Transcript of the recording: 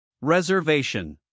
Reservation